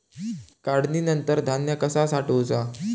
काढणीनंतर धान्य कसा साठवुचा?